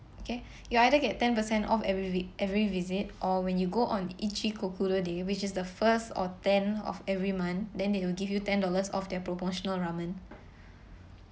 okay you either get ten percent off every vi~ every visit or when you go on Ichikokudo day which is the first or tenth of every month then they will give you ten dollars off their promotional ramen